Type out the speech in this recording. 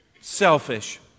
Selfish